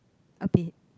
a bit